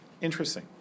interesting